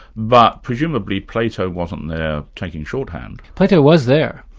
but presumably plato wasn't there taking shorthand. plato was there,